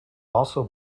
also